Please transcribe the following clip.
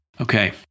Okay